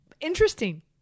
interesting